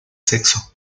sexo